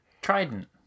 Trident